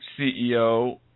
CEO